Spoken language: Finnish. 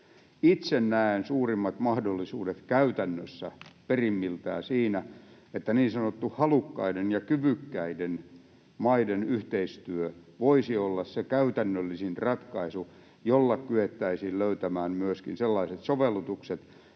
Itse näen suurimmat mahdollisuudet käytännössä, perimmiltään, siinä, että niin sanottu halukkaiden ja kyvykkäiden maiden yhteistyö voisi olla se käytännöllisin ratkaisu, jolla kyettäisiin löytämään myöskin sellaiset sovellutukset,